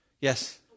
Yes